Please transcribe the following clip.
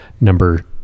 number